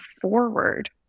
forward